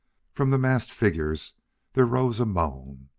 from the massed figures there rose a moan,